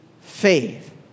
faith